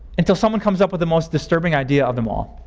until someone comes up with the most disturbing idea of them all.